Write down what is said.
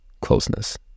closeness